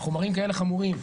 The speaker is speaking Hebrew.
חומרים כאלה חמורים,